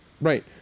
Right